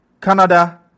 Canada